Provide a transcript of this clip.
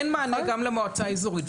אין מענה גם למועצה האזורית,